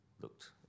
looked